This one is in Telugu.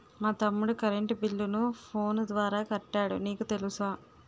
మా తమ్ముడు కరెంటు బిల్లును ఫోను ద్వారా కట్టాడు నీకు తెలుసా